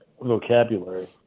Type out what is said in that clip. vocabulary